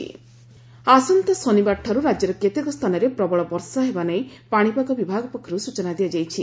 ପାଣିପାଗ ଆସନ୍ତା ଶନିବାରଠାରୁ ରାଜ୍ୟର କେତେକ ସ୍ଚାନରେ ପ୍ରବଳ ବର୍ଷା ହେବା ନେଇ ପାଣିପାଗ ବିଭାଗ ପକ୍ଷରୁ ସ୍ଚନା ଦିଆଯାଇଛି